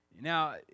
Now